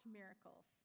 miracles